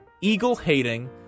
eagle-hating